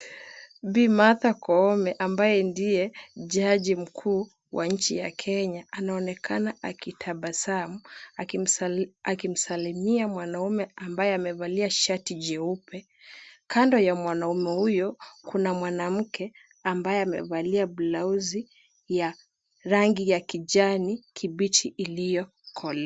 Bi. Martha Koome ambaye ndiye jaji mkuu wa nchi ya Kenya anaonekana akitabasamu akimsalimia mwanaume ambaye amevalia shati jeupe. Kando ya mwanaume huyo kuna mwanamke ambaye amevalia blausi ya rangi ya kijani kibichi iliyokolea.